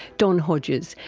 don hodges,